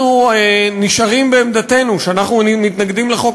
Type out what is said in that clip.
אנחנו נשארים בעמדתנו שאנחנו מתנגדים לחוק,